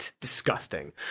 Disgusting